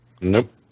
Nope